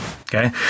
Okay